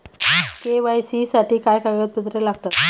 KYC साठी काय कागदपत्रे लागतात?